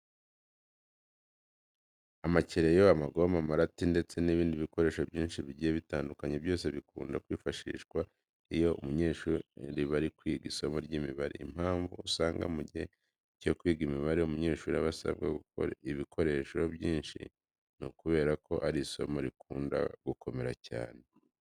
Amakereyo, amagome, amarati ndetse n'ibindi bikoresho byinshi bigiye bitandukanye, byose bikunda kwifashishwa iyo abanyeshuri bari kwiga isomo ry'imibare. Impamvu uzasanga mu gihe cyo kwiga imibare umunyeshuri aba asabwa ibikoresho byinshi, ni ukubera ko ari isomo rikunda gukomera cyane.